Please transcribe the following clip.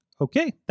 Okay